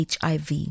HIV